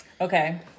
Okay